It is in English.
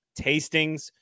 tastings